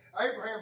Abraham